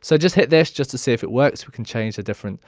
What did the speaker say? so just hit this just to see if it works. we can change the different